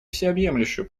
всеобъемлющую